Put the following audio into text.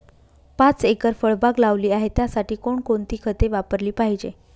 पाच एकर फळबाग लावली आहे, त्यासाठी कोणकोणती खते वापरली पाहिजे?